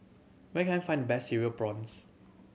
where can I find the best Cereal Prawns